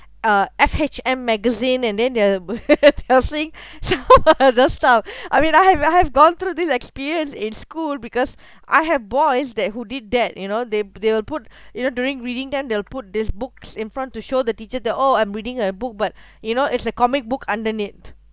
uh F_H_M magazine and then their some other stuff I mean I have I have gone through this experience in school because I have boys that who did that you know they they will put you know during reading them they'll put these books in front to show the teacher that oh I'm reading a book but you know it's a comic book underneath